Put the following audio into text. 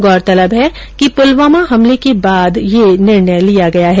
गौरतलब है कि पुलवामा हमले के बाद ये निर्णय लिया गया है